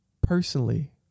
Personally